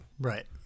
Right